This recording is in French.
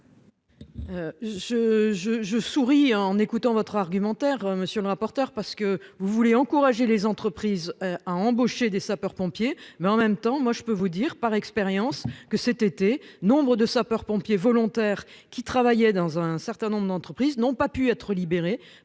je souris en écoutant votre argumentaire. Monsieur le rapporteur. Parce que vous voulez encourager les entreprises à embaucher des sapeurs-pompiers, mais en même temps moi je peux vous dire par expérience que cet été. Nombre de sapeurs-pompiers volontaires qui travaillait dans un certain nombre d'entreprises n'ont pas pu être libéré